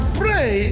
pray